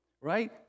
right